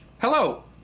Hello